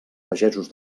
pagesos